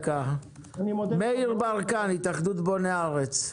מאיר ברקן, התאחדות בוני הארץ.